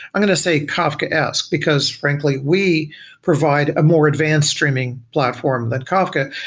i'm going to say kafkaesque, because frankly we provide a more advance streaming platform than kafka,